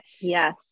yes